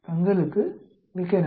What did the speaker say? தங்களுக்கு மிக்க நன்றி